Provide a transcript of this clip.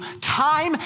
time